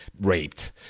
raped